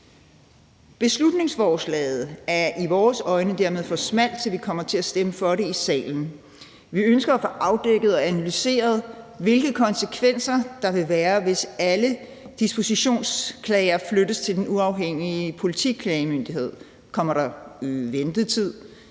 Beslutningsforslaget er i vores øjne dermed for smalt til, at vi kommer til at stemme for det i salen. Vi ønsker at få afdækket og analyseret, hvilke konsekvenser der vil være, hvis alle dispositionsklager flyttes til Den Uafhængige Politiklagemyndighed. Kommer der øget ventetid?